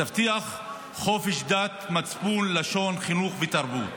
תבטיח חופש דת, מצפון, לשון, חינוך ותרבות.